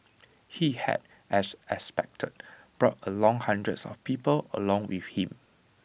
he had as expected brought along hundreds of people along with him